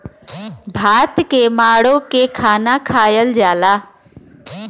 भात के माड़ो के खाना खायल जाला